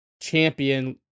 champion